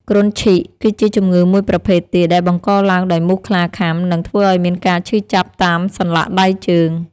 គ្រុនឈីក គឺជាជំងឺមួយប្រភេទទៀតដែលបង្កឡើងដោយមូសខ្លាខាំ និងធ្វើឱ្យមានការឈឺចាប់តាមសន្លាក់ដៃជើង។